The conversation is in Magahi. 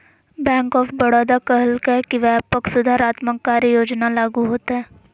बैंक ऑफ बड़ौदा कहलकय कि व्यापक सुधारात्मक कार्य योजना लागू होतय